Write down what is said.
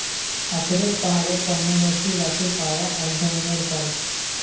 আখরোট পাহাড়ের পর্ণমোচী গাছে পাওয়া এক ধরনের ফল